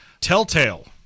Telltale